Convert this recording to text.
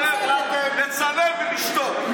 לצלם ולשתוק.